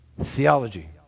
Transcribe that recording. theology